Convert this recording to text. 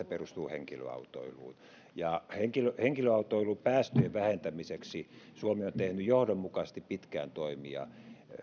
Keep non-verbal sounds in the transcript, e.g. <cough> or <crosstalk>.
<unintelligible> perustuu henkilöautoiluun henkilöautoilun päästöjen vähentämiseksi suomi on tehnyt johdonmukaisesti pitkään toimia